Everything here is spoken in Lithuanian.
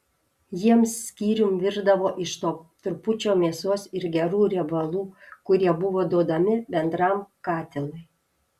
jiems skyrium virdavo iš to trupučio mėsos ir gerų riebalų kurie buvo duodami bendram katilui